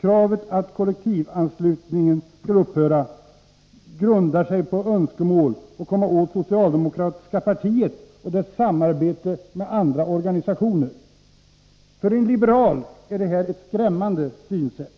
på att kollektivanslutningen skall upphöra grundar sig på önskemål att komma åt socialdemokratiska partiet och dess samarbete med andra organisationer. För en liberal är detta ett skrämmande synsätt.